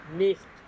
nicht